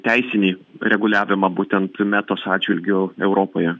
teisinį reguliavimą būtent metos atžvilgiu europoje